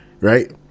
right